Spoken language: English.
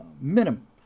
Minimum